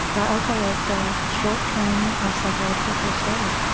i call it short-term psychological first aid.